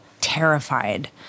terrified